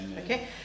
Okay